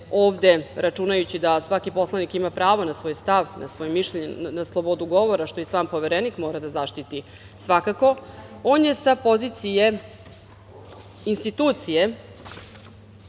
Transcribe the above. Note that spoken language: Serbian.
ovde, računajući da svaki poslanik ima pravo na svoj stav, na svoje mišljenje, na slobodu govora, što i sam Poverenik mora da zaštiti svakako, on je sa pozicije institucije